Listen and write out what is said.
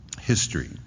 history